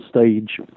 stage